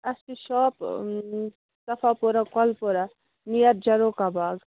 اَسہِ تہِ چھُ شاپ صفا پورا کۄلپورا نِیر جلوکا باغ